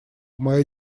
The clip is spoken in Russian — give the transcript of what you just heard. моя